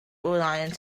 island